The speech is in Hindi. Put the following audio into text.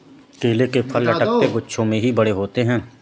केले के फल लटकते गुच्छों में ही बड़े होते है